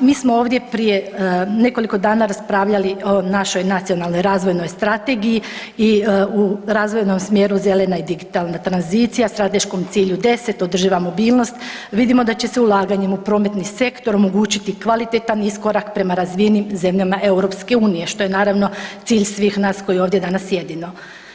Mi smo ovdje prije nekoliko dana raspravljali o našoj Nacionalnoj razvojnoj strategiji i u razvojnom smjeru zelena i digitalna tranzicija, strateškom cilju 10, održiva mobilnost, vidimo da će se ulaganjem u prometni sektor omogućiti kvalitetan iskorak prema razvijenim zemljama EU što je naravno cilj svih nas koji ovdje danas sjedimo,